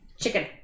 Chicken